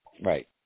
Right